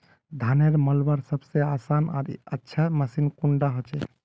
धानेर मलवार सबसे आसान आर अच्छा मशीन कुन डा होचए?